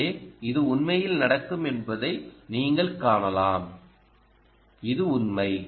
எனவே இது உண்மையில் நடக்கும் என்பதை நீங்கள் காணலாம் இது உண்மை